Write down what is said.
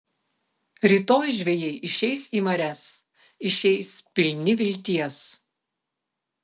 rytoj žvejai išeis į marias išeis pilni vilties